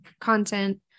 content